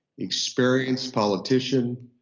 experienced politician.